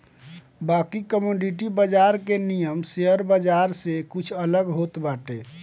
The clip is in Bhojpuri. बाकी कमोडिटी बाजार के नियम शेयर बाजार से कुछ अलग होत बाटे